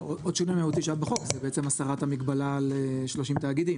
--- זה בעצם הסרת המגבלה על תאגידים,